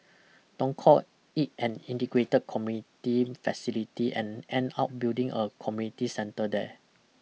don't call it an integrated community facility and end up building a community centre there